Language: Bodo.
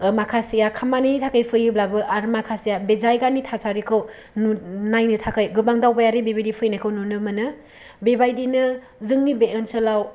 आह माखासेया खामानि थाखाय फैयोब्लाबो आरो माखासेया जायगानि थासारिखौ नायनो थाखाय गोबां दावबायारि बेबायदि फैनायखौ नुनो मोनो बेबायदिनो जोंनि बे आनसोलाव